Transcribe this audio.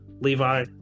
Levi